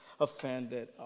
offended